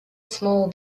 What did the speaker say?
small